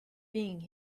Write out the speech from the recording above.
being